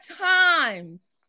times